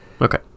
Okay